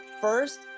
first